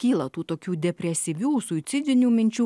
kyla tų tokių depresyvių suicidinių minčių